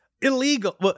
illegal